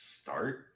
Start